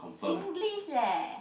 Singlish leh